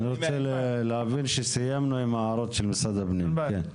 אני רוצה להבין שסיימנו אם הערות משרד הפנים.